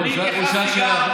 הוא שאל שאלה אחרת.